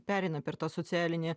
pereina per tą socialinį